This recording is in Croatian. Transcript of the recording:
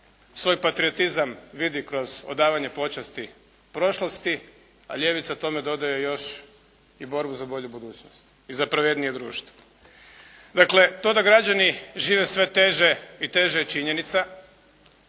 svoj patriotizam vidi kroz odavanje počasti prošlosti, a ljevica tome dodaje još i borbu za bolju budućnost i za pravednije društvo. Dakle, to da građani žive sve teže i teže je činjenica